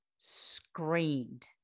Screamed